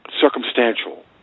circumstantial